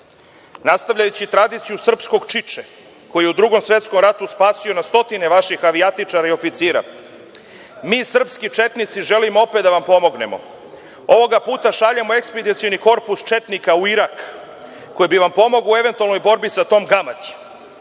nastavljajući tradiciju srpskog čiče koji je u Drugom svetskom ratu spasio na stotine vaših avijatičara i oficira, mi srpski četnici želimo opet da vam pomognemo, ovog puta šaljemo ekspedicioni korpus četnika u Irak, koji bi vam pomogao u eventualnoj borbi sa tom gamadi.